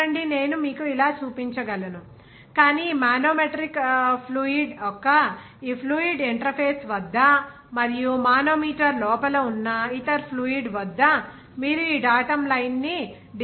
చూడండి నేను మీకు ఇలా చూపించగలను కానీ ఈ మానోమెట్రిక్ ఫ్లూయిడ్ యొక్క ఈ ఫ్లూయిడ్ ఇంటర్ఫేస్ వద్ద మరియు మానోమీటర్ లోపల ఉన్న ఇతర ఫ్లూయిడ్ వద్ద మీరు ఈ డాటమ్ లైన్ ని డిసైడ్ చేయవచ్చు